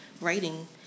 writing